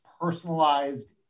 personalized